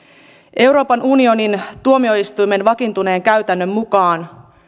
euroopan unionin tuomioistuimen vakiintuneen käytännön mukaan